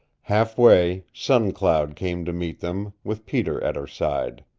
half way, sun cloud came to meet them, with peter at her side.